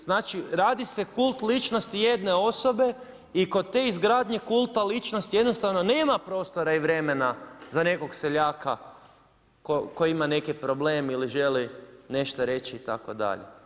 Znači radi se kult ličnosti jedne osobe i kod te izgradnje kulta ličnosti jednostavno nema prostora i vremena za nekog seljaka koji ima neki problem ili želi nešto reći itd.